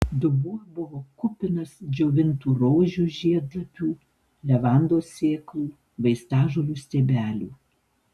dubuo buvo kupinas džiovintų rožių žiedlapių levandos sėklų vaistažolių stiebelių